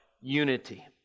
unity